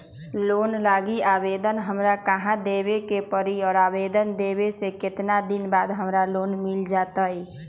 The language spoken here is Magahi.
लोन लागी आवेदन हमरा कहां देवे के पड़ी और आवेदन देवे के केतना दिन बाद हमरा लोन मिल जतई?